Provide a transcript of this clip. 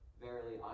Verily